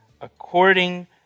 according